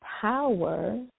power